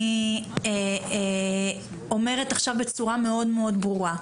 אני אומרת עכשיו בצורה מאוד מאוד ברורה,